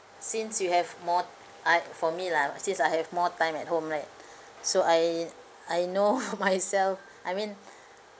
since you have more time for me lah since I have more time at home right so I I know myself I mean